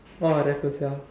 oh Raffles ya